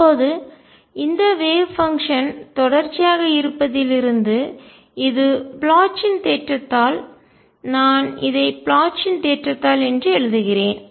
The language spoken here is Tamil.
இப்போது இந்த வேவ் பங்ஷன் அலை செயல்பாடு தொடர்ச்சியாக இருப்பதில் இருந்து இது ப்ளோச்சின் தேற்றத்தால்நான் இதை ப்ளாச்சின் தேற்றத்தால் என்று எழுதுகிறேன்